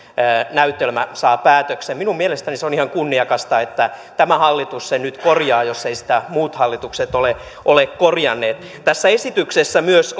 näytelmä saa päätöksen minun mielestäni se on ihan kunniakasta että tämä hallitus sen nyt korjaa jos eivät sitä muut hallitukset ole ole korjanneet tässä esityksessä myös